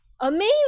amazing